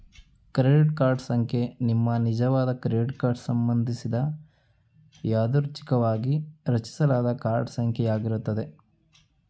credit card ಸಂಖ್ಯೆ ನಿಮ್ಮನಿಜವಾದ credit card ಸಂಬಂಧಿಸಿದ ಯಾದೃಚ್ಛಿಕವಾಗಿ ರಚಿಸಲಾದ ಕಾರ್ಡ್ ಸಂಖ್ಯೆ ಯಾಗಿರುತ್ತೆ